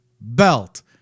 belt